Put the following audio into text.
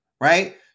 right